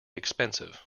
expensive